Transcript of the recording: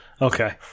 Okay